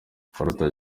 karuta